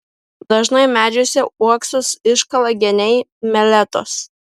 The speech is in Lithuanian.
dažnai medžiuose uoksus iškala geniai meletos